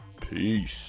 Peace